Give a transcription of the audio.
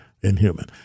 inhuman